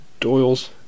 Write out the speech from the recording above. Doyle's